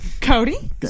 Cody